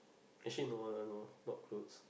actually no no no not clothes